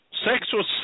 Sexual